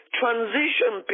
transition